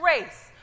race